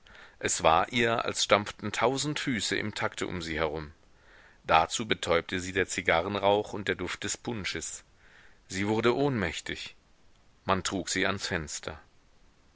es war ihr als stampften tausend füße im takte um sie herum dazu betäubte sie der zigarrenrauch und der duft des punsches sie wurde ohnmächtig man trug sie ans fenster